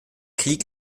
krieg